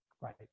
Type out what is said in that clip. Right